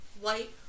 white